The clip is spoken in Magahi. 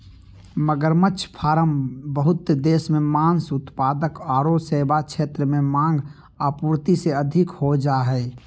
मगरमच्छ फार्म बहुत देश मे मांस उत्पाद आरो सेवा क्षेत्र में मांग, आपूर्ति से अधिक हो जा हई